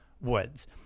Woods